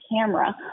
camera